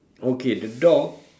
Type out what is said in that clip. okay the dog